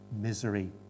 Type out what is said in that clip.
misery